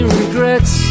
regrets